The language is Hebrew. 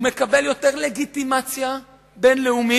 הוא מקבל יותר לגיטימציה בין-לאומית,